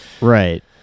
right